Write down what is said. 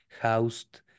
housed